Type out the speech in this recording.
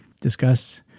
discuss